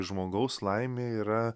žmogaus laimė yra